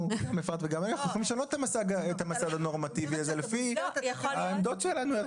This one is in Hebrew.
אנחנו גם יכולים לשנות את המוסד הנורמטיבי הזה לפי העמדות שלנו הערכיות.